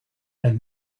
and